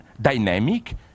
dynamic